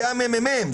זה הממ"מ,